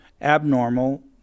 abnormal